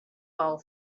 fall